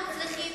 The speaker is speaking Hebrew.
אנחנו צריכים,